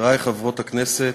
חברי וחברות הכנסת,